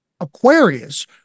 Aquarius